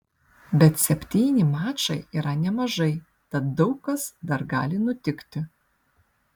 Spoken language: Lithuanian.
bet septyni mačai yra nemažai tad daug kas dar gali nutikti